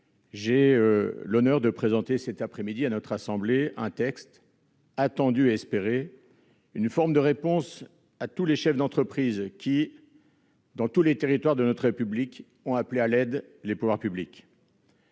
j'ai l'honneur de présenter cet après-midi à notre Haute Assemblée un texte attendu et espéré : une forme de réponse à tous les chefs d'entreprise, qui, dans l'ensemble des territoires de notre République, ont appelé les pouvoirs publics